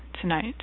tonight